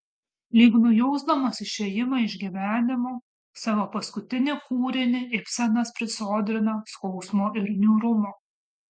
lyg nujausdamas išėjimą iš gyvenimo savo paskutinį kūrinį ibsenas prisodrina skausmo ir niūrumo